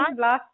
last